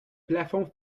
plafond